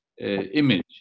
image